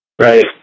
Right